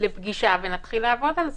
לפגישה ונתחיל לעבוד על זה.